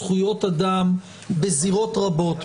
זכויות אדם בזירות רבות,